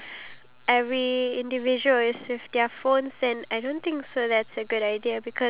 and it will be the most impressive thing to do oh but then for